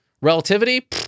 Relativity